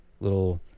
little